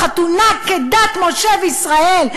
חתונה כדת משה וישראל.